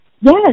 Yes